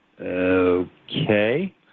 Okay